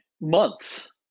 months